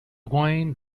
wine